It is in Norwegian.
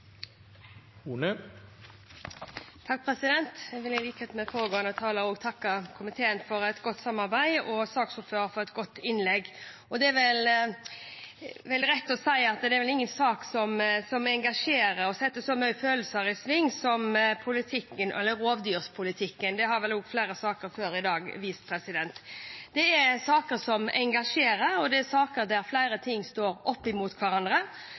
Jeg vil i likhet med foregående talere takke komiteen for et godt samarbeid og saksordføreren for et godt innlegg. Det er vel rett å si at det er ingen sak som engasjerer og setter så mange følelser i sving som rovdyrpolitikken. Det har også flere saker tidligere i dag vist. Dette er saker som engasjerer, der flere ting står opp mot hverandre. Det er vel heller ingen tvil om hvor Fremskrittspartiet står